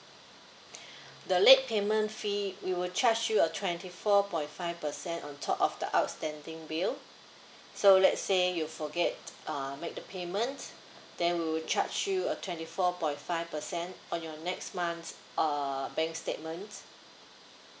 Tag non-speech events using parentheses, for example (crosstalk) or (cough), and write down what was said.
(breath) the late payment fee we will charge you a twenty four point five percent on top of the outstanding bill so let's say you forget uh make the payment they will charge you a twenty four point five percent on your next month uh bank statement